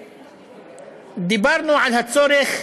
דיברנו על הדרישה